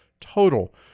total